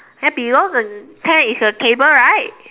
then below the tent is a table right